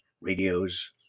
radios